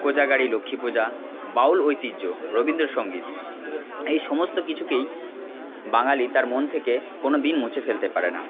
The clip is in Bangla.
কোজাগারী লক্ষ্মী পূজা বাউল ঐতিহ্য রবীন্দ্রসঙ্গীত এই সমস্ত কিছুকেই বাঙালি তার মন থেকে কোনো দিন মুছে ফেলতে পারে না